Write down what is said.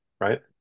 Right